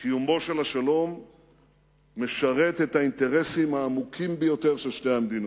קיומו של השלום משרת את האינטרסים העמוקים ביותר של שתי המדינות.